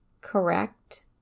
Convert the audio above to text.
correct